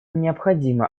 необходимо